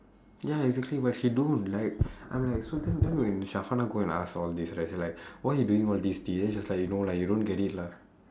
ya exactly but she don't like I'm like so then when go and ask and all these right say like why you doing all these things then she is like no lah you don't get it lah